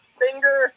finger